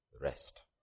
rest